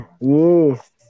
Yes